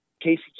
Casey